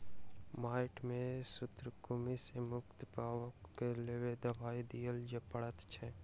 माइट में सूत्रकृमि सॅ मुक्ति पाबअ के लेल दवाई दियअ पड़ैत अछि